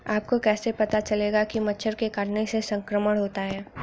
आपको कैसे पता चलेगा कि मच्छर के काटने से संक्रमण होता है?